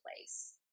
place